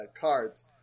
cards